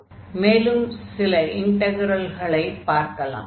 அடுத்து மேலும் சில இன்டக்ரல்களை பார்க்கலாம்